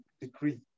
decree